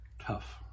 tough